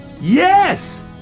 Yes